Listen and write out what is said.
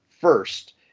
first